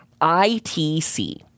ITC